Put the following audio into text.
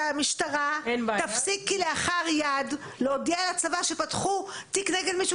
שהמשטרה תפסיק כלאחר יד להודיע לצבא שפתחו תיק נגד מישהו,